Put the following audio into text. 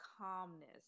calmness